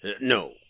No